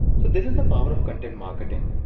so this is the power of content marketing.